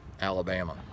Alabama